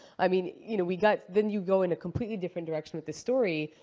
i mean, you know, we got then you go in a completely different direction with this story.